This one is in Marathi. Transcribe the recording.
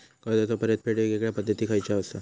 कर्जाचो परतफेड येगयेगल्या पद्धती खयच्या असात?